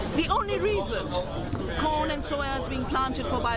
the only reason corn and soy has been planted for ah